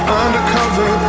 undercover